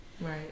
Right